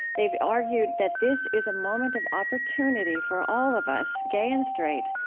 they've argued that this is a moment of opportunity for all of us, gay and straight,